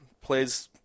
plays –